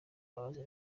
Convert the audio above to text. mbabazi